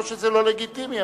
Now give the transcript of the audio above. לא שזה לא לגיטימי,